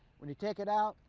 when you take it out,